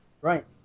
Right